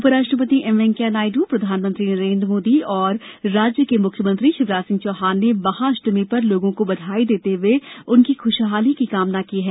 उपराष्ट्रपति एम वैंकैया नायड प्रधानमंत्री नरेंद्र मोदी और राज्य के मुख्यमंत्री शिवराज सिंह चौहान ने महाअष्टमी पर लोगों को बधाई देते हए उनकी खुशहाली की कामना की हैं